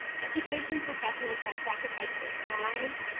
education professionals have sacrificed their time,